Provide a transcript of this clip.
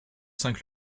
cinq